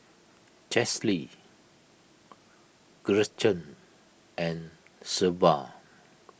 Chesley Gretchen and Shelba